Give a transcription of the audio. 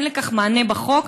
אין לכך מענה בחוק.